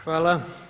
Hvala.